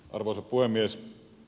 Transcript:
arvoisa puhemies